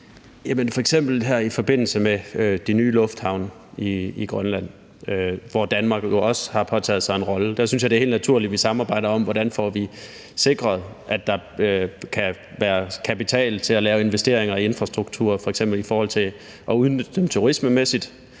her i forbindelse med de nye lufthavne i Grønland, hvor Danmark også har påtaget sig en rolle, synes jeg, det er helt naturligt, at vi samarbejder om, hvordan vi får sikret, at der kan være kapital til investeringer i infrastruktur, f.eks. i forhold til at udnytte det turismemæssigt.